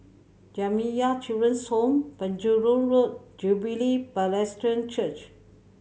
Jamiyah Children's Home Penjuru Road Jubilee Presbyterian Church